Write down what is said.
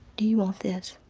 do you want this?